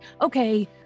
okay